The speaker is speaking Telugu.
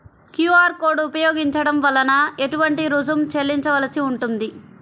క్యూ.అర్ కోడ్ ఉపయోగించటం వలన ఏటువంటి రుసుం చెల్లించవలసి ఉంటుంది?